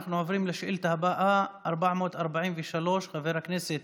אנחנו עוברים לשאילתה הבאה, מס' 443. חבר הכנסת